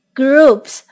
groups